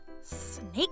snake